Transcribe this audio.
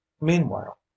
meanwhile